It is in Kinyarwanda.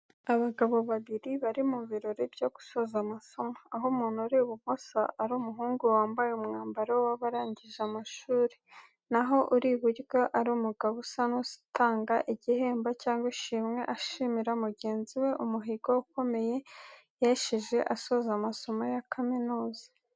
Abagabo babiri bari mu birori byo gusoza amasomo, aho umuntu uri ibumoso ari umuhungu wambaye umwambaro w’abarangije amashuri, na ho uri iburyo ari umugabo usa n'utanga igihembo cyangwa ishimwe ashimira mugenzi we umuhigo ukomeye yesheje asoza amasomo ya kaminuza.